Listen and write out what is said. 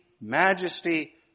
majesty